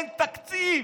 אין תקציב,